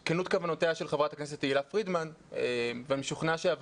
כוונותיה של חברת הכנסת תהלה פרידמן ואני משוכנע שתת